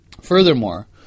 Furthermore